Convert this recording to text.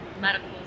medical